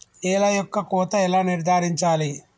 నేల యొక్క కోత ఎలా నిర్ధారించాలి?